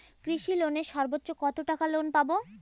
কৃষি লোনে সর্বোচ্চ কত টাকা লোন পাবো?